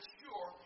sure